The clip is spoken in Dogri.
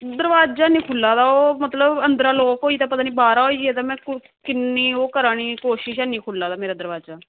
दरोआजा निं खुल्ला दा ते ओह् मतलब सारा होइया ते में ओह् कोशिश करानी ते दरोआजा ऐनी खुल्ला दा